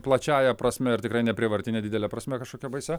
plačiąja prasme ir tikrai neprievartine didele prasme kažkokia baisia